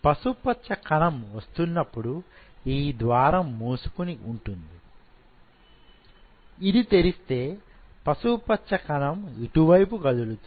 పసుపు పచ్చ కణం వస్తున్నప్పుడు ఈ ద్వారం మూసుకుని ఉంటుంది ఇది తెరిస్తే పసుపు పచ్చ కణం ఇటువైపు కదులుతుంది